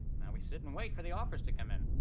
now we sit and wait for the offers to come in.